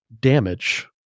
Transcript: damage